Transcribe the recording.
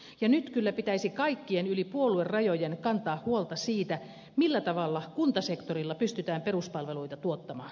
ja nyt kyllä pitäisi kaikkien yli puoluerajojen kantaa huolta siitä millä tavalla kuntasektorilla pystytään peruspalveluita tuottamaan